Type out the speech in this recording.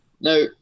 Now